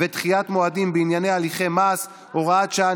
ודחיית מועדים בענייני הליכי מס (הוראת שעה,